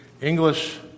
English